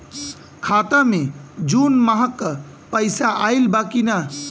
खाता मे जून माह क पैसा आईल बा की ना?